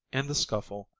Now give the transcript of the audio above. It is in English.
in the scuffle,